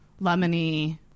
lemony